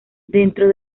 dentro